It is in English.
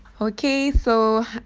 okay so